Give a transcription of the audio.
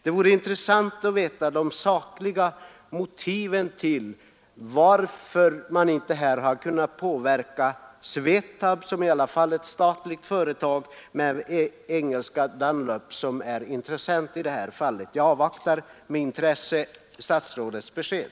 Det vore intressant att få veta de sakliga motiven till varför man inte har kunnat påverka SVETAB, som i alla fall är ett statligt företag, och det engelska företaget Dunlop, som är intressent i detta fall. Jag avvaktar med intresse statsrådets besked.